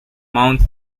mount